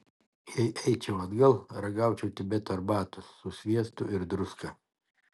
jei eičiau atgal ragaučiau tibeto arbatos su sviestu ir druska